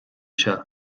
seo